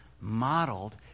modeled